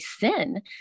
sin